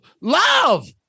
love